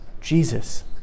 Jesus